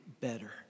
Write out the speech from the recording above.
better